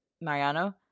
mariano